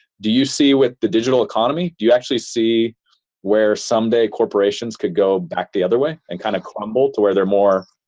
do you see with the digital economy? do you actually see where someday, corporations could go back the other way and kind of crumble to either more